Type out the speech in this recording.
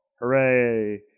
Hooray